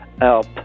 help